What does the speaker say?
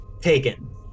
taken